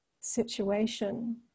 situation